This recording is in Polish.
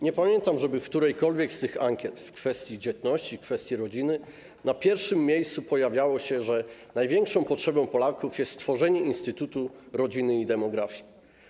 Nie pamiętam, żeby w którejkolwiek z tych ankiet w kwestii dzietności, kwestii rodziny na pierwszym miejscu pojawiało się to, że największą potrzebą Polaków jest stworzenie instytutu rodziny i demografii.